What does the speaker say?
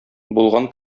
булган